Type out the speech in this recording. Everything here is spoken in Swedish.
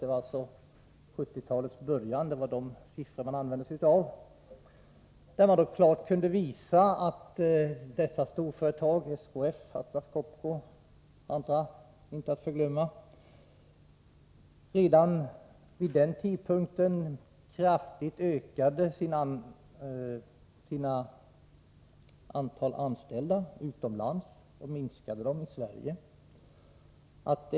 Det var alltså siffror från den tiden man använde sig av och där man klart kunde visa att dessa storföretag — SKF, Atlas Copco och andra — redan vid denna tidpunkt kraftigt ökade antalet anställda utomlands och minskade antalet i Sverige.